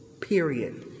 Period